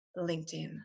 linkedin